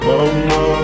Mama